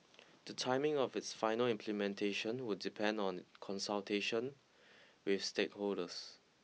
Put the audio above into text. the timing of its final implementation would depend on consultation with stakeholders